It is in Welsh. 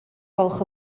gwelwch